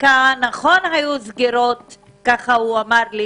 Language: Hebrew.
שנכון שהיו סגירות ככה הוא אמר לי